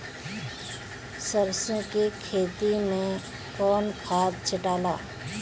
सरसो के खेती मे कौन खाद छिटाला?